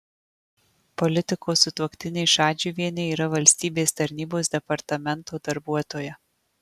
politiko sutuoktinė šadžiuvienė yra valstybės tarnybos departamento darbuotoja